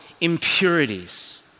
impurities